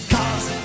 Cause